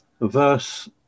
verse